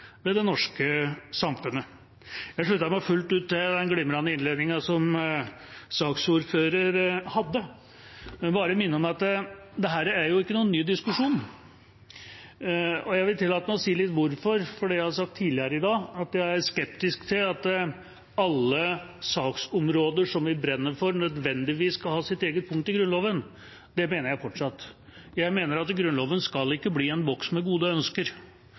ved det norske samfunnet. Jeg slutter meg fullt ut til den glimrende innledningen som saksordføreren hadde, men vil bare minne om at dette ikke er en ny diskusjon, og jeg vil tillate meg å si litt om hvorfor. Jeg har sagt tidligere i dag at jeg er skeptisk til at alle saksområder som vi brenner for, nødvendigvis skal ha sitt eget punkt i Grunnloven. Det mener jeg fortsatt. Jeg mener at Grunnloven skal ikke bli en boks med gode ønsker.